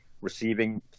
receiving